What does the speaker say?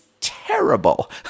terrible